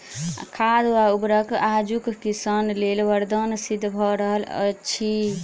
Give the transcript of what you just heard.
खाद वा उर्वरक आजुक किसान लेल वरदान सिद्ध भ रहल अछि